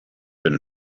been